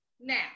Now